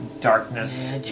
darkness